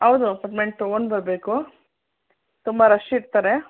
ಹೌದು ಅಪಾಯಿಂಟ್ಮೆಂಟ್ ತಗೊಂಡು ಬರಬೇಕು ತುಂಬ ರಶ್ ಇರ್ತಾರೆ